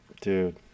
Dude